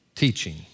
teaching